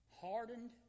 hardened